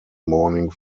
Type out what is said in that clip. morning